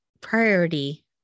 priority